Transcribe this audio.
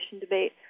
debate